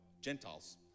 Gentiles